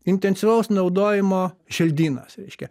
intensyvaus naudojimo želdynas reiškia